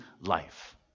life